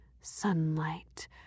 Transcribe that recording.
Sunlight